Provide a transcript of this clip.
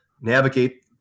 navigate